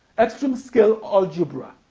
extreme-scale algebra,